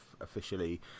officially